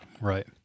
Right